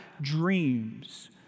dreams